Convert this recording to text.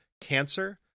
Cancer